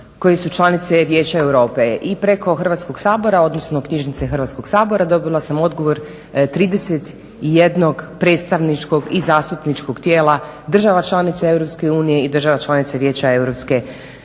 koji su članice vijeća Europe i preko Hrvatskog sabora, odnosno knjižnice Hrvatskog sabora dobila sam odgovor 31 predstavničkog i zastupničkog tijela država članica EU i država članica vijeća EU,